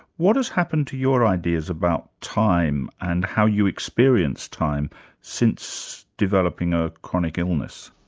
what has happened to your ideas about time and how you experience time since developing a chronic illness?